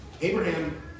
Abraham